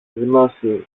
γνώση